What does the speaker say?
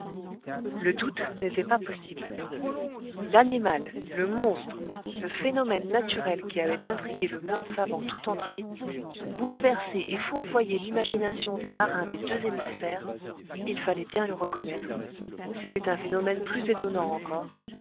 le doute n'était pas possible l'animal le monstre le phénomène naturel qui avait intrigué le monde savant tout entier bouleversé et fourvoyé l'imagination des marins des deux hémisphères il fallait bien le reconnaître c'était un phénomène plus étonnant encore